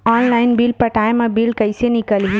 Online bill पटाय मा bill कइसे निकलही?